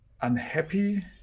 unhappy